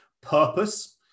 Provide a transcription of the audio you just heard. Purpose